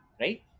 right